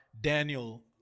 Daniel